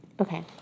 Okay